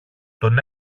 τον